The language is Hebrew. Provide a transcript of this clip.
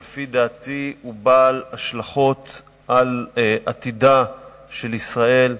אבל לפי דעתי הוא בעל השלכות מרחיקות לכת על עתידה של ישראל,